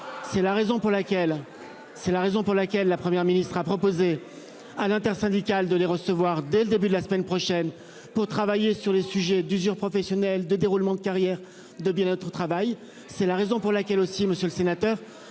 C'est la raison pour laquelle la Première ministre a proposé à l'intersyndicale de les recevoir dès le début de la semaine prochaine pour travailler sur les sujets d'usure professionnelle de déroulement de carrière de bien notre travail, c'est la raison pour laquelle aussi, monsieur le sénateur,